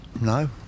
No